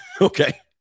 Okay